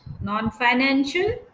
non-financial